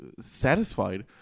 satisfied